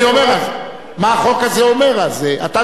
זה יצטרך להיות אצלך אם זה יעבור בקריאה טרומית.